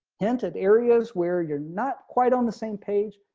hinted areas where you're not quite on the same page.